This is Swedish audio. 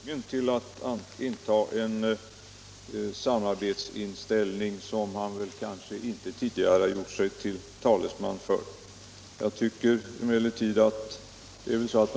Herr talman! Utbildningsministern talar om att vi har tre regeringspartier. Det är tydligen det som gjort att han blivit tvungen att välja en samarbetsinställning, något som han tidigare inte gjort sig till talesman för.